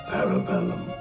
Parabellum